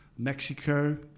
Mexico